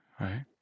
Right